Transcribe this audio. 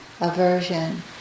aversion